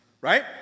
Right